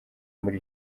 muri